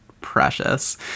precious